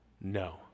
No